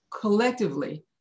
collectively